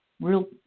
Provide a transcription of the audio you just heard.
real